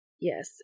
Yes